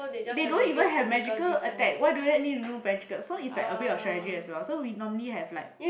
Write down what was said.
they don't even have magical attack why do I need to know magical so it's like a bit of strategy as well so we normally have like